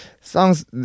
songs